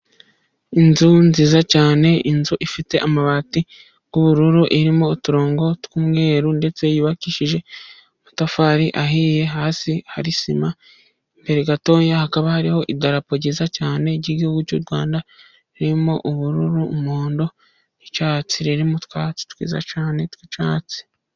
Inzu nziza cyane, inzu ifite amabati y'ubururu irimo uturongo tw'umweru, ndetse yubakishije amatafari ahiye. Hasi hari sima, imbere gatoya hakaba hariho idarapo ryiza cyane ry'igihugu cy'u Rwanda, ririmo ubururu, umuhondo n'icyatsi. Riri mu twatsi twiza cyane tw'icyatsi.